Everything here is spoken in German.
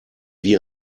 wie